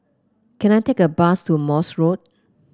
can I take a bus to Morse Road